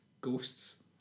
ghosts